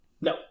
No